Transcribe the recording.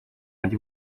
andi